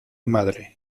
madre